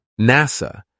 NASA